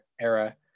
era